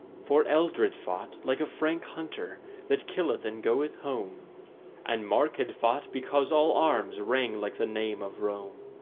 for eldred fought like a frank hunter that killeth and goeth home and mark had fought because all arms rang like the name of rome.